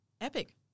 Epic